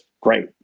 great